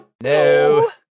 No